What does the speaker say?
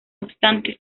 obstante